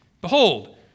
Behold